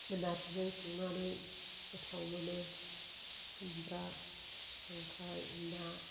नार्जिजों संनानै गोथाव मोनो खुमब्रा खांख्राय ना